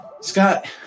Scott